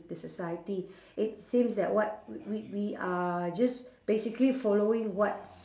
the society it seems that what we we we are just basically following what